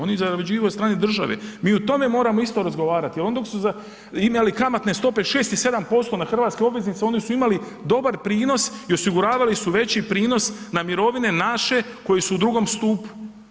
Oni zarađuju od strane države, mi o tome moramo isto razgovarati jer oni dok su imali kamatne stope 6 i 7% na hrvatske obveznice, oni su imali dobar prinos i osiguravali su veći prinos na mirovine naše koje su u drugom stupu.